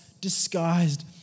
disguised